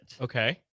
okay